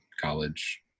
college